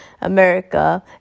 America